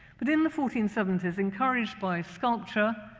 but in the fourteen seventy s, encouraged by sculpture,